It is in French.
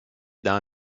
d’un